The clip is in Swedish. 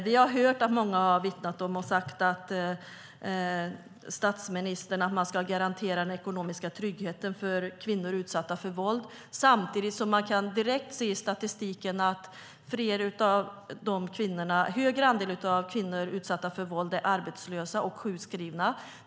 Vi har hört statsministern och andra tala om att man ska garantera den ekonomiska tryggheten för kvinnor utsatta för våld. Samtidigt kan man se direkt i statistiken att en högre andel av kvinnorna som är utsatta för våld är arbetslösa och sjukskrivna.